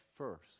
first